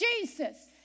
Jesus